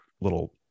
little